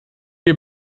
mir